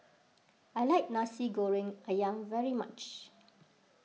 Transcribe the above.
I like Nasi Goreng Ayam very much